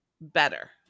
better